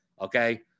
okay